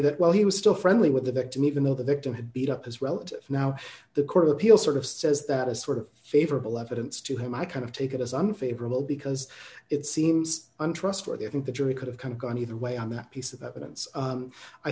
that while he was still friendly with the victim even though the victim had beat up his relatives now the court of appeal sort of says that is sort of favorable evidence to him i kind of take it as unfavorable because it seems untrustworthy i think the jury could have come gone either way on that piece of evidence